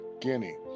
Guinea